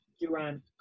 Durant